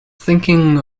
thinking